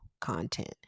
content